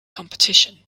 competition